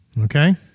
Okay